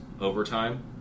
overtime